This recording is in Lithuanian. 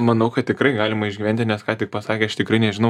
manau kad tikrai galima išgyventi nes ką tik pasakė aš tikrai nežinau